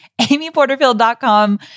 amyporterfield.com